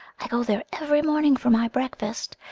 i go there every morning for my breakfast.